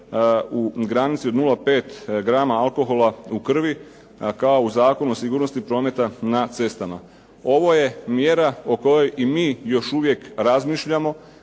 u granici od 0,5 grama alkohola u krvi, kao i u Zakonu o sigurnosti prometa na cestama. Ovo je mjera o kojoj i mi još uvijek razmišljamo